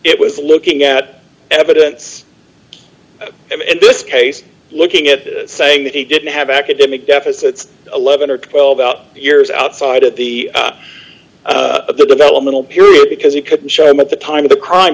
it was d looking at evidence in this case looking at saying that he didn't have academic deficits eleven or twelve out years outside of the developmental period because he couldn't show them at the time of the crime